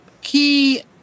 key